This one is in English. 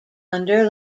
under